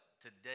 today